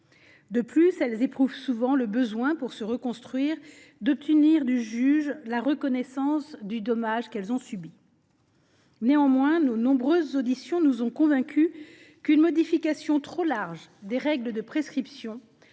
De plus, elles éprouvent souvent le besoin, pour se reconstruire, d’obtenir du juge la reconnaissance du dommage qu’elles ont subi. Néanmoins, nos nombreuses auditions nous ont convaincues qu’une modification trop large des règles de prescription